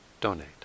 donate